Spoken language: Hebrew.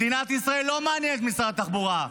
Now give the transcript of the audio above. מדינת ישראל לא מעניינת את משרד התחבורה.